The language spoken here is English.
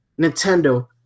Nintendo